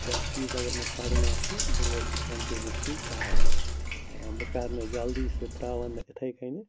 کانٛہہ چیٖز اَگر مےٚ کَرُن آسہِ بہٕ روزٕ سُہ کنٹیوٗنٮ۪سلی کَران بہٕ کَرٕ نہٕ جلدی سہٕ ترٛاوَن نہٕ یِتھَے کٔنی